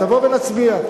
תבוא ונצביע.